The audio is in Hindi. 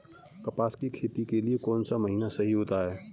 कपास की खेती के लिए कौन सा महीना सही होता है?